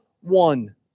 one